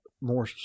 more